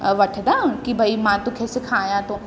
वठंदा कि भई मां तोखे सेखारियां थो